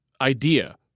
idea